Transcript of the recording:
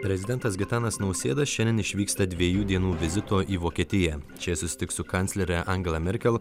prezidentas gitanas nausėda šiandien išvyksta dviejų dienų vizito į vokietiją čia susitiks su kanclere angela merkel